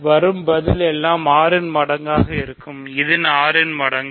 வரும் பதில் எல்லாம் 6 இன் மடங்கு ஆகும் இது 6 இன் மடங்கு